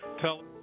tell